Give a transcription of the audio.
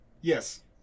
yes